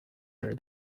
her